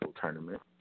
tournament